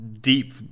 deep